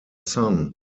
son